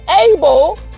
able